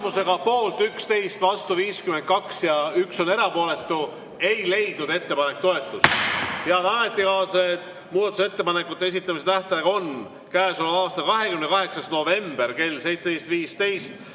poolt 11, vastu 52 ja 1 erapooletu, ei leidnud ettepanek toetust. Head ametikaaslased, muudatusettepanekute esitamise tähtaeg on käesoleva aasta 28. november kell 17.15.